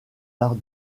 arts